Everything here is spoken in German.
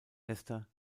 esther